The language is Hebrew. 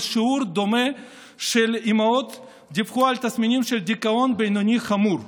ושיעור דומה של אימהות דיווחו על תסמינים של דיכאון בינוני-חמור.